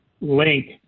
link